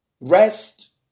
rest